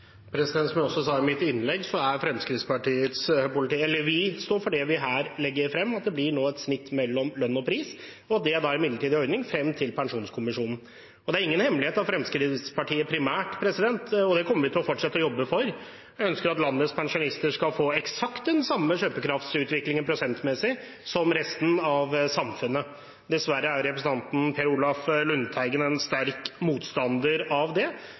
Som jeg også sa i mitt innlegg, står vi i Fremskrittspartiet for det vi her legger frem, at det nå blir et snitt mellom lønn og pris, og at det er en midlertidig ordning frem til pensjonskommisjonen. Det er ingen hemmelighet at Fremskrittspartiet primært – og dette kommer vi til fortsette å jobbe for – ønsker at landets pensjonister skal få eksakt den samme kjøpekraftsutviklingen prosentmessig som resten av samfunnet. Dessverre er representanten Per Olaf Lundteigen sterk motstander av det.